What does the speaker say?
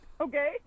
Okay